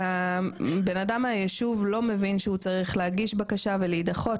בן אדם מהיישוב לא מבין שהוא צריך להגיש בקשה ולהידחות,